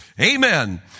Amen